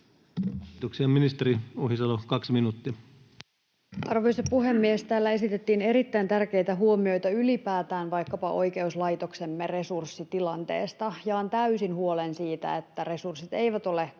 Arvoisa puhemies! Täällä esitettiin erittäin tärkeitä huomioita ylipäätään vaikkapa oikeuslaitoksemme resurssitilanteesta. Jaan täysin huolen siitä, että resurssit eivät ole